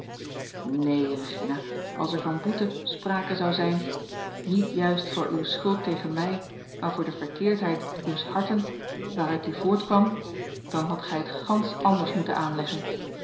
neen regina als er van boete sprake zou zijn niet juist voor uwe schuld tegen mij maar voor de verkeerdheid uws harten waaruit die voortkwam dan hadt gij het gansch anders moeten aanleggen